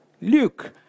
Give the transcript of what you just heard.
Luke